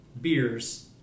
beers